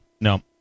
No